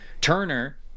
Turner